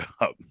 up